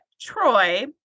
Troy